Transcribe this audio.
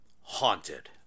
Haunted